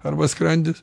arba skrandis